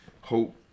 hope